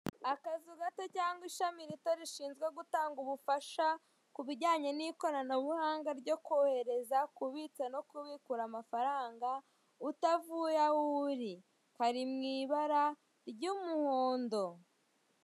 Nakazu gato cyangwa ishami rito rishinzwe gutanga ubufasha kubijyanye n'ikoranabuhanga ryo kohereza kubitsa no kubikura amafaranga utavuye aho uri, kari mwibara ry'umuhondo.